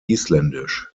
isländisch